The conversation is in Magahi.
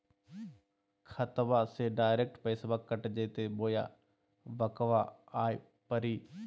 खाताबा से डायरेक्ट पैसबा कट जयते बोया बंकबा आए परी?